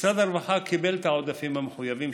משרד הרווחה קיבל את העודפים המחויבים,